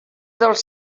dels